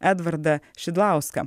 edvardą šidlauską